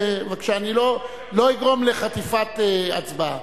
אני לא אגרום לחטיפת הצבעה,